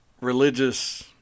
religious